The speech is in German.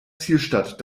zielstadt